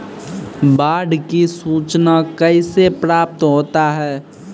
बाढ की सुचना कैसे प्राप्त होता हैं?